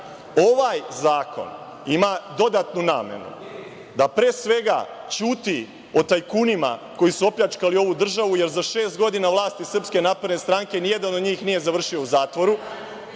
ovaj zakon ima dodatnu namenu, da pre svega ćuti o tajkunima koji su opljačkali ovu državu, jer za šest godina vlasti SNS nijedan od njih nije završio u zatvoru.